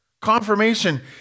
confirmation